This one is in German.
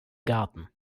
garten